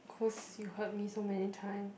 cause you heard me so many time